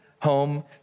home